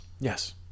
yes